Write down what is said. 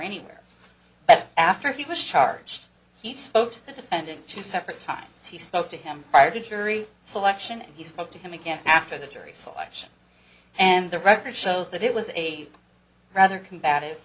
anywhere but after he was charged he spoke to the defendant two separate times he spoke to him prior to jury selection and he spoke to him again after the jury selection and the record shows that it was a rather combative